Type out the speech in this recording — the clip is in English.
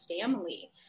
family